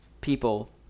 People